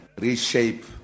reshape